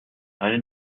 allez